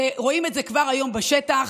ורואים את זה כבר היום בשטח.